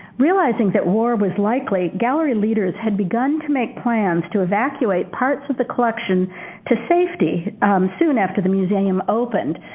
realizing that war was likely, gallery leaders had begun to make plans to evacuate parts of the collection to safety soon after the museum opened.